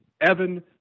Evan